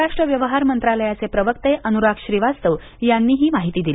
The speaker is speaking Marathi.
परराष्ट्र व्यवहार मंत्रालयाचे प्रवक्ते अनुराग श्रीवास्तव यांनी ही माहिती दिली